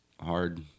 hard